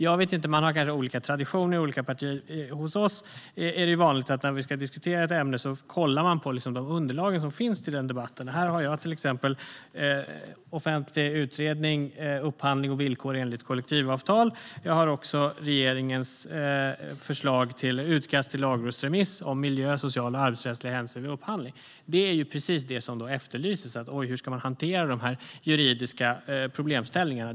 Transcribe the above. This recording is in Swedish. Jag vet inte om man har olika traditioner i olika partier, men hos oss är det vanligt att man när ett ämne ska diskuteras kollar på de underlag som finns till debatten. Här i min hand har jag till exempel den offentliga utredningen Upphandling och villkor enligt kollektivavtal och regeringens utkast till lagrådsremiss Miljö , social och arbetsrättsliga hänsyn vid upphandling . Det är precis detta som efterlyses - hur vi ska hantera de juridiska problemställningarna.